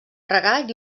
regat